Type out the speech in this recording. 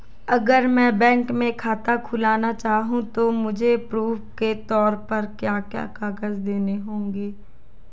अगर मैं बैंक में खाता खुलाना चाहूं तो मुझे प्रूफ़ के तौर पर क्या क्या कागज़ देने होंगे?